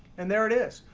and there it is,